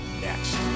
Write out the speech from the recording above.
next